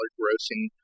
grossing